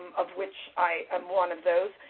of which i am one of those,